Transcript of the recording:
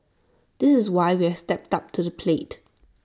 this is why we've stepped up to the plate